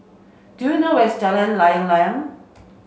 do you know where is Jalan Layang Layang